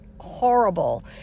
horrible